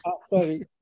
Sorry